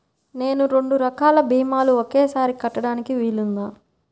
నేను రెండు రకాల భీమాలు ఒకేసారి కట్టడానికి వీలుందా?